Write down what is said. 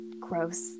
gross